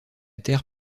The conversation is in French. terre